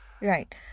right